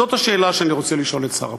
זאת השאלה שאני רוצה לשאול את שר הפנים.